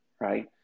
right